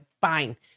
fine